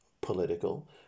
political